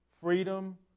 freedom